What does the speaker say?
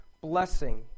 blessing